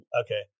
Okay